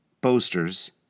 boasters